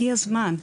הגיע הזמן,